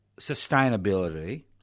sustainability